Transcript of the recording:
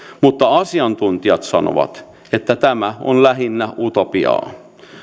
mutta asiantuntijat sanovat että tämä on lähinnä utopiaa